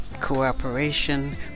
cooperation